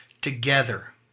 together